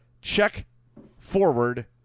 check-forward-